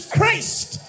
Christ